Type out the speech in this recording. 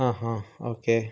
അ അ ഓക്കേ